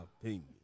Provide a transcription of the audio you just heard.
opinion